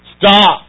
stop